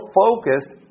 focused